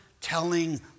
telling